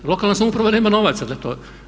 Lokalna samouprava nema novaca za to.